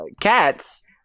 Cats